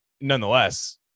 nonetheless